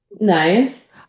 Nice